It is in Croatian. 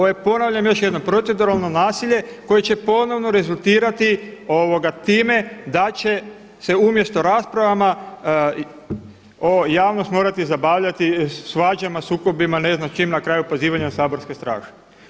Ovo je ponavljam još jednom proceduralno nasilje koje će ponovno rezultirati time da će se umjesto raspravama javnost morati zabavljati svađama, sukobima, ne znam s čim na kraju pozivanja saborske straže.